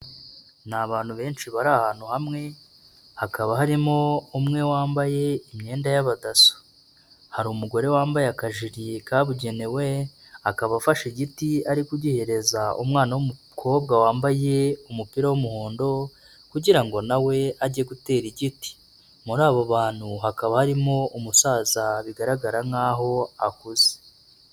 Ni abantu benshi bari ahantu hamwe, hakaba harimo umwe wambaye imyenda y'abadaso, hari umugore wambaye akajiri kabugenewe, akaba afashe igiti ari kugihereza umwana w'umukobwa wambaye umupira w'umuhondo kugira ngo na we ajye gutera igiti, muri abo bantu hakaba harimo umusaza bigaragara nk'aho akuze.